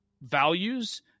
values